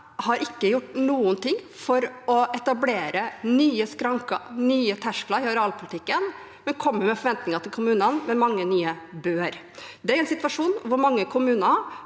har ikke gjort noen ting for å etablere nye skranker, nye terskler i arealpolitikken, men kommer med forventninger til kommunene med mange nye «bør» – det i en situasjon hvor mange kommuner